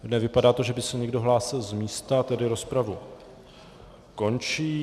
Nevypadá to, že by se někdo hlásil z místa, tedy rozpravu končím.